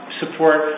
support